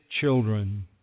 children